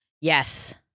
Yes